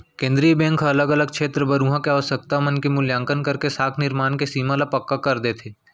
केंद्रीय बेंक ह अलग अलग छेत्र बर उहाँ के आवासकता मन के मुल्याकंन करके साख निरमान के सीमा ल पक्का कर देथे